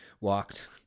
walked